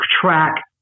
track